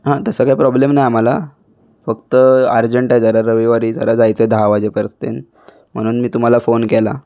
हां तसं काही प्रॉब्लेम नाही आम्हाला फक्त अर्जंट आहे जरा रविवारी जरा जायचं आहे दहा वाजेपर्यंत म्हणून मी तुम्हाला फोन केला